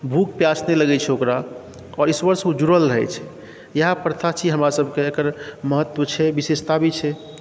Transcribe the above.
भूख पिआस नहि लगै छै ओकरा आओर ईश्वरसँ ओ जुड़ल रहै छै इएह प्रथा छी हमरासबके एकर महत्व छै विशेषता भी छै